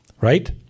Right